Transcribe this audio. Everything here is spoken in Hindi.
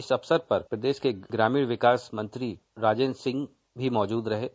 इस अवसर पर प्रदेश के ग्रामीण विकास मंत्री राजेंद्र सिंह मौजूद थे